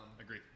Agree